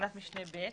בתקנת משנה (ב)